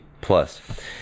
plus